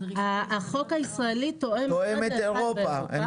החוק הישראלי תואם את אירופה.